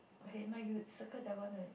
okay no you circle that one already